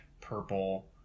purple